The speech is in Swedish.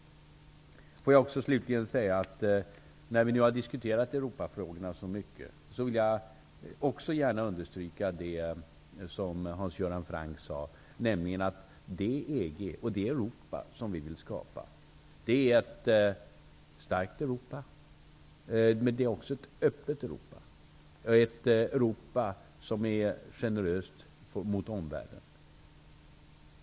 Slutligen: När vi nu så mycket har diskuterat Europafrågorna vill jag också gärna understryka det som Hans Göran Franck sade, att det EG och det Europa som vi vill skapa är ett starkt men också ett öppet Europa, ett Europa som är generöst mot omvärlden.